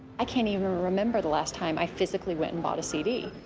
i can't even remember the last time i physically went and bought a cd.